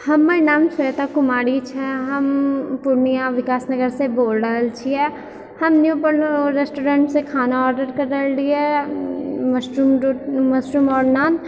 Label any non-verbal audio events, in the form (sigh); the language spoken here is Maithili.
हमर नाम स्वेता कुमारी छै हम पूर्णिया विकाश नगर से बोल रहल छियै हम न्यू (unintelligible) रेस्टुरेन्टसँ खाना आर्डर करने रहियै मशरूम रो मशरूम आओर नान